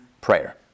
prayer